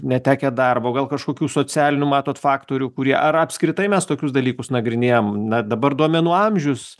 netekę darbo gal kažkokių socialinių matot faktorių kurie ar apskritai mes tokius dalykus nagrinėjam na dabar duomenų amžius